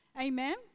Amen